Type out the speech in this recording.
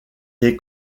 les